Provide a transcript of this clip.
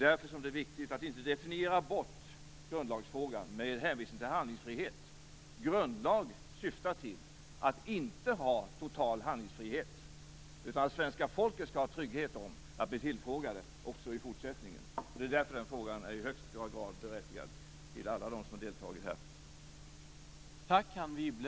Därför är det viktigt att inte definiera bort grundlagsfrågan med hänvisning till vår handlingsfrihet. Grundlag syftar till att inte ge total handlingsfrihet. Svenska folket skall ha trygghet och veta att de blir tillfrågade också i fortsättningen. Därför är den frågan i högsta grad berättigad att ställa till alla som deltar i debatten här.